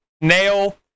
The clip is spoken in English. Nail